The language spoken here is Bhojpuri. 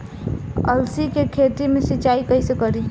अलसी के खेती मे सिचाई कइसे करी?